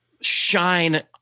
shine